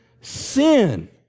sin